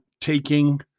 Taking